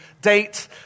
date